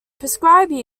prescribed